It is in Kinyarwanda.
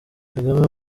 kagame